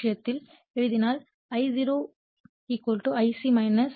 phasor விஷயத்தில் எழுதினால் I0 Ic j Im